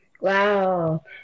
Wow